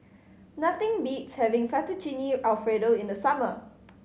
nothing beats having Fettuccine Alfredo in the summer